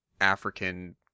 African